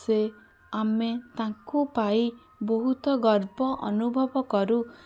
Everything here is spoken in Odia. ସେ ଆମେ ତାଙ୍କ ପାଇ ବହୁତ ଗର୍ବ ଅନୁଭବ କରୁ